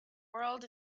whirled